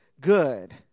good